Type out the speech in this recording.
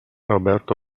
roberto